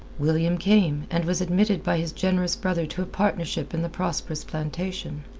william came, and was admitted by his generous brother to a partnership in the prosperous plantation.